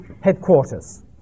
headquarters